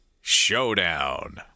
Showdown